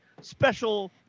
special